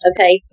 Okay